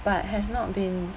but has not been